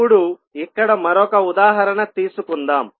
ఇప్పుడు ఇక్కడ మరొక ఉదాహరణ తీసుకుందాం